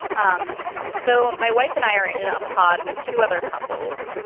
um so my wife and i are in a pod with two other couples.